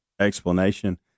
explanation